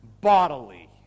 bodily